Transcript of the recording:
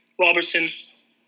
Robertson